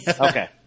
okay